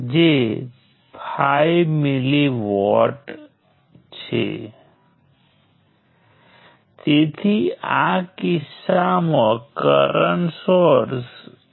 તેથી N node સર્કિટમાં N minus 1 branches હશે